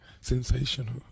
Sensational